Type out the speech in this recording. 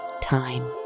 time